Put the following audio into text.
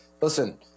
listen